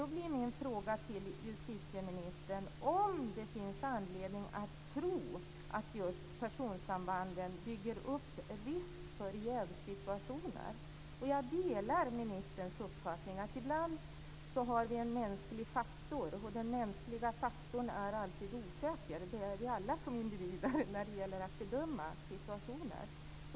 Då blir min fråga till justitieministern om det finns anledning att tro att just personsambanden bygger upp risk för jävssituationer. Jag delar justitieministerns uppfattning att vi ibland har en mänsklig faktor, och den mänskliga faktorn är alltid osäker. Det är vi alla som individer när det gäller att bedöma situationer.